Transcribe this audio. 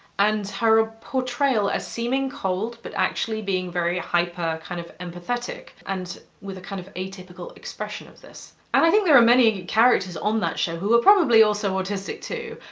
and her ah portrayal as seeming cold, but actually being very hyper, kind of, empathetic, and with a kind of atypical expression of this. and i think there are many characters on that show who are probably also autistic too.